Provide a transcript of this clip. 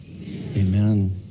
Amen